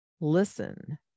listen